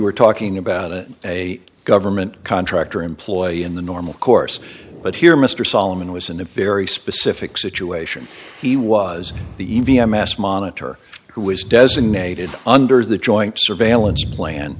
were talking about it a government contractor employee in the normal course but here mr solomon was in a very specific situation he was the e v f mass monitor who was designated under the joint surveillance plan